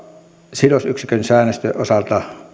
sidosyksikkösäännösten osalta